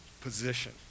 position